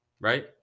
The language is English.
right